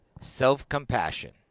self-compassion